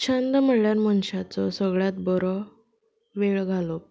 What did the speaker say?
छन्न म्हणल्यार मनशाचो सगळ्यांत बरो वेळ घालोवपी